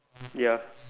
ya